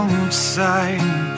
outside